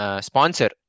sponsor